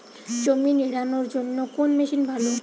জমি নিড়ানোর জন্য কোন মেশিন ভালো?